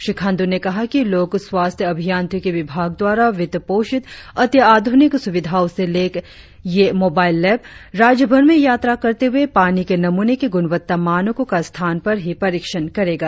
श्री खांडू ने कहा कि लोक स्वास्थ्य अभियांत्रिकी विभाग द्वारा वित्त पोषित अत्याध्रनिक सुविधाओं से लैस यह मोबाईल लैब राज्य भर में यात्रा करते हुए पानी के नमूने की गुणवत्ता मानको का स्थान पर ही परीक्षण करेगा